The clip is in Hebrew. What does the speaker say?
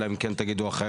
אלא אם כן תגידו אחרת.